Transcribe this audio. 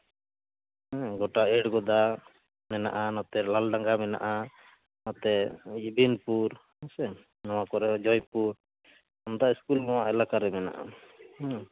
ᱦᱩᱸ ᱜᱚᱴᱟ ᱮᱲᱜᱚᱸᱫᱟ ᱢᱮᱱᱟᱜᱼᱟ ᱱᱚᱛᱮ ᱞᱟᱞᱰᱟᱸᱜᱟ ᱢᱮᱱᱟᱜᱼᱟ ᱱᱟᱛᱮ ᱵᱤᱱᱯᱩᱨ ᱦᱮᱸᱥᱮ ᱱᱚᱣᱟ ᱠᱚᱨᱮ ᱡᱚᱭᱯᱩᱨ ᱟᱢᱫᱟ ᱤᱥᱠᱩᱞ ᱱᱚᱣᱟ ᱮᱞᱟᱠᱟᱨᱮ ᱢᱮᱱᱟᱜᱼᱟ ᱦᱩᱸ